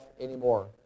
anymore